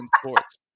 sports